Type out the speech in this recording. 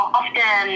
often